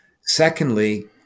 Secondly